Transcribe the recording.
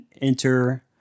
enter